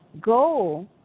goal